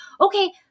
Okay